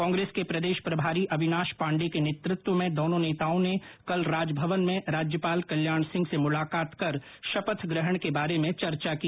कांग्रेस के प्रदेश प्रभारी अविनाष पाण्डे के नेतृत्व में दोनों नेताओं ने कल राजभवन में राज्यपाल कल्याण सिंह से मुलाकात कर शपथ ग्रहण के बारे में चर्चा की